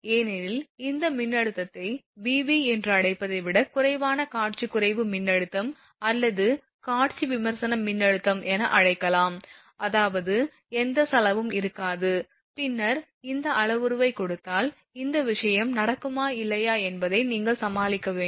ஏனெனில் இந்த மின்னழுத்தத்தை Vv என்று அழைப்பதை விடக் குறைவான காட்சி சீர்குலைவு மின்னழுத்தம் அல்லது காட்சி விமர்சன மின்னழுத்தம் என அழைக்கலாம் அதாவது எந்த செலவும் இருக்காது பின்னர் இந்த அளவுருவை கொடுத்தால் இந்த விஷயம் நடக்குமா இல்லையா என்பதை நீங்கள் கணிக்க வேண்டும்